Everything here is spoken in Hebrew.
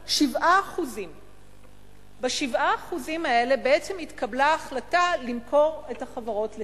7%. ב-7% האלה בעצם התקבלה החלטה למכור את החברות לסין.